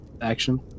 action